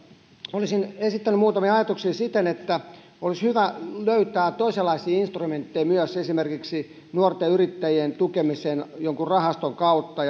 olisin esittänyt muutamia ajatuksia siten että olisi hyvä löytää toisenlaisia instrumentteja myös esimerkiksi nuorten yrittäjien tukemiseen jonkun rahaston kautta